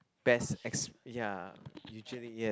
best ex~ ya usually ya